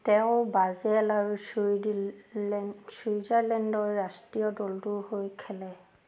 তেওঁ ব্ৰাজিল আৰু চুইজাৰলেণ্ডৰ ৰাষ্ট্ৰীয় দলটোৰ হৈ খেলে